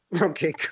Okay